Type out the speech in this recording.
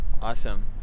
Awesome